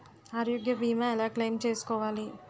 ఆరోగ్య భీమా ఎలా క్లైమ్ చేసుకోవాలి?